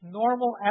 normal